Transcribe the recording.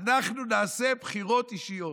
אנחנו נעשה בחירות אישיות.